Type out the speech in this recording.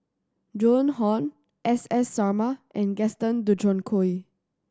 Joan Hon S S Sarma and Gaston Dutronquoy